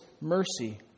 mercy